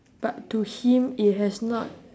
but to him it has not